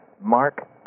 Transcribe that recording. Mark